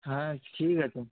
হ্যাঁ ঠিক আছে